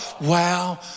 wow